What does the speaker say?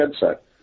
headset